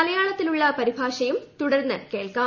മലയാളത്തിലുള്ള പരിഭാഷയും ് തുടർന്ന് കേൾക്കാം